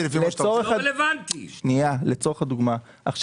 לצורך הדוגמה,